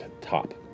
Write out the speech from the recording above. top